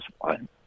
one